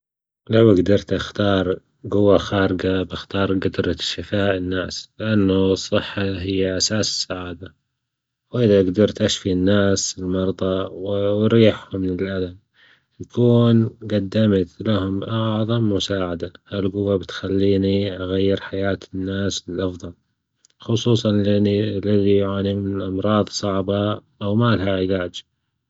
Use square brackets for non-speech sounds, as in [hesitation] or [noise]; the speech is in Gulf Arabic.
لو جدرت أختار جدرة خارجة بأختار جدرة شفاء الناس، لأنه الصحة هى أساس السعادة وإذا جدرت أشفى الناس المرضى وأريحهم من الألم بكون جدمت لهم أعظم مساعدة، هالجوة بتخلينى أغير حياة الناس للأفضل خصوصا [hesitation] الذى يعانى من أمراض صعبة أو مالها علاج.